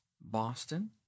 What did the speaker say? Boston